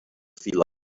feel